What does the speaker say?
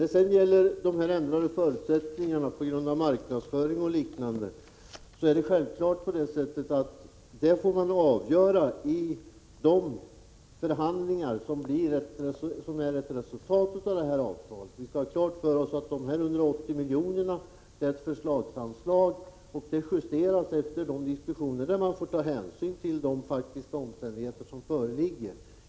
I de förhandlingar som blir ett resultat av detta avtal får självfallet de ändrade förutsättningarna på grund av marknadsföring o.d. också tas med vid beräkningen. Vi skall ha klart för oss att dessa 180 miljoner är ett förslagsanslag. Det justeras efter diskussionerna, där man får ta hänsyn till de faktiska omständigheterna.